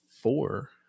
four